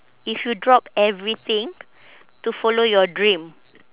if you drop everything to follow your dream